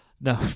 No